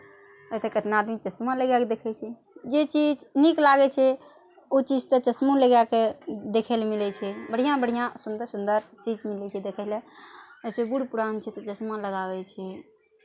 आइ तऽ कितना आदमी चश्मा लगाए कऽ देखै छै जे चीज नीक लागै छै ओ चीज तऽ चश्मो लगाए कऽ देखय लए मिलै छै बढ़िआँ बढ़िआँ सुन्दर सुन्दर चीज मिलै छै देखय लए एहिसँ बूढ़ पुरान छै तऽ चश्मा लगाबै छै